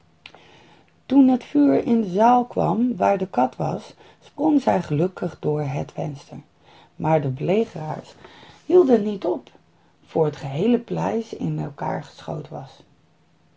toen het vuur in de zaal kwam waar de kat was sprong zij gelukkig door het venster maar de belegeraars hielden niet op voor het geheele paleis in elkaar geschoten was